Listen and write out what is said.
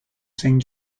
sing